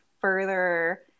further